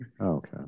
Okay